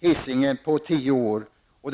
Hisingen under loppet av tio år.